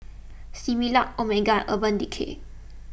Similac Omega and Urban Decay